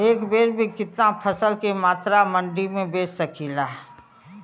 एक बेर में कितना फसल के मात्रा मंडी में बेच सकीला?